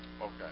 Okay